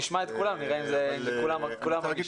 נשמע את כולם ונראה אם כולם מרגישים כך.